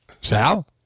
Sal